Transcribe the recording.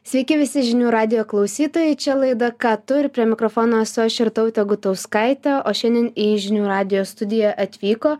sveiki visi žinių radijo klausytojai čia laida ką tu ir prie mikrofono esu aš irtautė gutauskaitė o šiandien į žinių radijo studiją atvyko